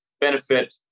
benefit